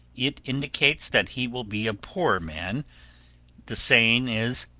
it indicates that he will be a poor man the saying is,